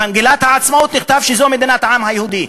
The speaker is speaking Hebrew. במגילת העצמאות נכתב שזו מדינת העם היהודי.